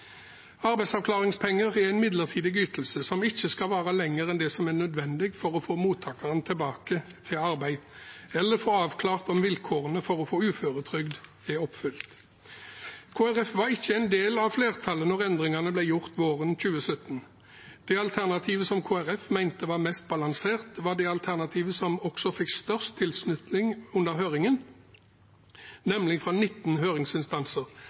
Arbeidsavklaringspenger er en midlertidig ytelse som ikke skal vare lenger enn det som er nødvendig for å få mottakeren tilbake i arbeid eller få avklart om vilkårene for å få uføretrygd er oppfylt. Kristelig Folkeparti var ikke en del av flertallet da endringene ble gjort våren 2017. Det alternativet som Kristelig Folkeparti mente var mest balansert, var det alternativet som også fikk størst tilslutning under høringen, nemlig fra 19 høringsinstanser,